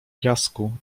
piasku